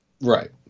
right